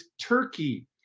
Turkey